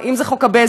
אם זה חוק הבזק,